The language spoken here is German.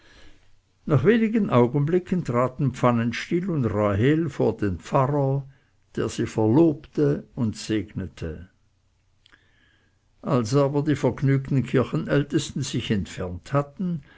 nach wenigen augenblicken traten pfannenstiel und rahel vor den pfarrer der sie verlobte und segnete als aber die vergnügten kirchenältesten sich entfernt hatten